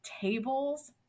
tables